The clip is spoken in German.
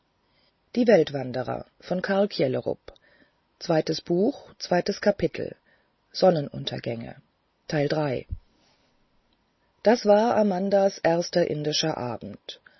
das war amandas erster indischer abend